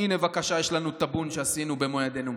הינה, בבקשה, יש לנו טאבון שעשינו במו ידינו.